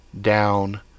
down